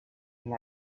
and